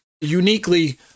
uniquely